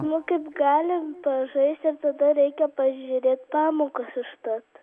nu kaip galim pažaisti ir tada reikia pažiūrėt pamokas užtat